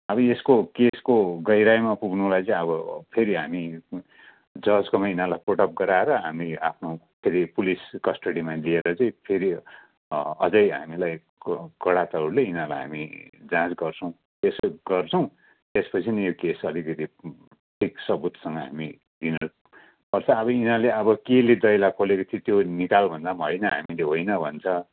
अब यसको केसको गहिराइमा पुग्नलाई अब फेरि हामी जजकोमा यिनीहरूलाई पुट अप गराएर हामी आफ्नो फेरि पुलिस कस्टोडीमा लिएर चाहिँ फेरि अझै हामीलाई क कडा तौरले यिनीहरूलाई हामी जाँच गर्छौँ त्यसो गर्छौँ त्यसपछि नै यो केस अलिकति ठिक सबुतसँग हामी लिनुपर्छ अब यिनीहरूले अब कहिले दैलो खोलेको थियो त्यो निकाल भन्दा पनि होइन हामीले होइन भन्छ